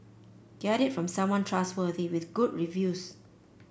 get it from someone trustworthy with good reviews